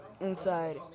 inside